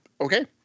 Okay